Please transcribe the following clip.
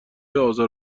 آزار